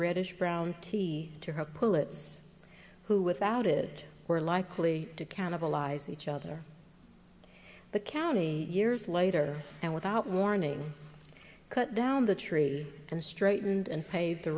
reddish brown tea to her pullets who without it were likely to cannibalize each other the county years later and without warning cut down the tree and straightened and paved the